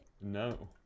No